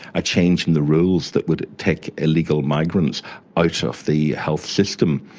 a change in the rules that would take illegal migrants out of the health system.